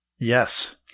Yes